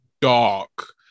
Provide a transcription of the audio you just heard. dark